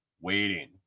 waiting